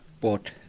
bought